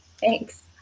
Thanks